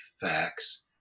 facts